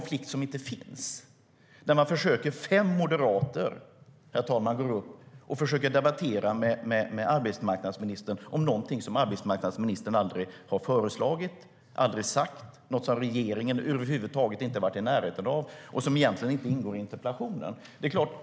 Fem moderater försöker debattera med arbetsmarknadsministern om något hon aldrig har föreslagit, aldrig sagt, och som regeringen över huvud tagit inte har varit i närheten av och som egentligen inte ingår i interpellationen.